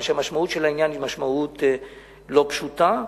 שהמשמעות של העניין היא משמעות לא פשוטה,